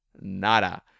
Nada